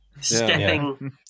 stepping